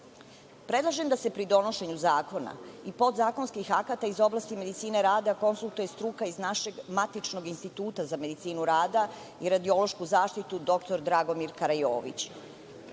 Predlažem da se pri donošenju zakona i podzakonskih akata iz oblasti medicine rada konsultuje struka iz našeg matičnog Instituta za medicinu rada i radiološku zaštitu „Dr Dragomir Karajović“.Moje